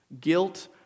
guilt